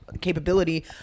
Capability